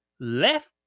Left